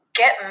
get